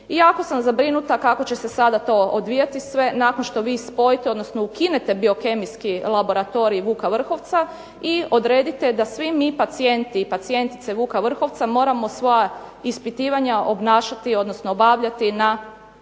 jako sam zabrinuta kako će se sada to odvijati sve nakon što vi spojite odnosno ukinete biokemijski laboratorij Vuka Vrhovca i odredite da svi mi pacijenti i pacijentice Vuka Vrhovca moramo svoja ispitivanja obnašati odnosno obavljati u